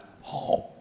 home